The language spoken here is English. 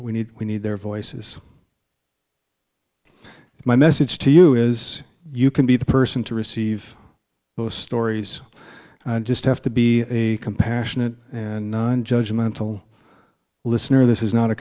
we need we need their voices and my message to you is you can be the person to receive those stories just have to be a compassionate and none judge mental listener this is not a